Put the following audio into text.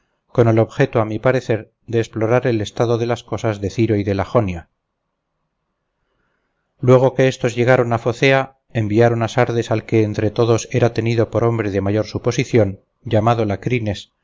con el objeto a mi parecer de explorar el estado de las cosas de ciro y de la jonia luego que estos llegaron a focéa enviaron a sardes al que entre todos era tenido por hombre de mayor suposición llamado lacrines